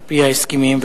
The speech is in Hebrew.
על-פי ההסכמים,